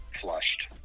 flushed